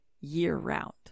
year-round